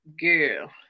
girl